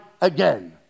again